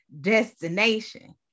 destination